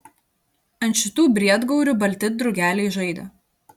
ant šitų briedgaurių balti drugeliai žaidė